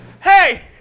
Hey